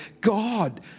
God